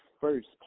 first